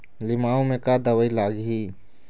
लिमाऊ मे का दवई लागिही?